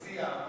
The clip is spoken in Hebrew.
המציע.